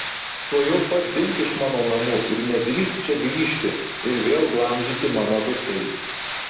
tuojau pat dink iš mano namų ir nedrįsk čia grįžti ir vėl glamžyti mano dukterį